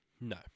No